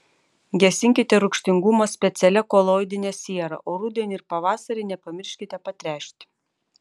gesinkite rūgštingumą specialia koloidine siera o rudenį ir pavasarį nepamirškite patręšti